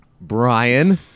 Brian